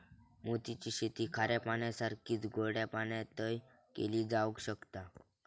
मोती ची शेती खाऱ्या पाण्यासारखीच गोड्या पाण्यातय केली जावक शकता